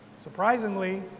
Surprisingly